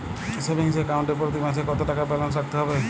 Savings account এ প্রতি মাসে কতো টাকা ব্যালান্স রাখতে হবে?